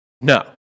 No